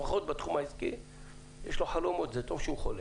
אז יש לו חלומות, וטוב שהוא חולם.